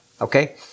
Okay